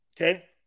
okay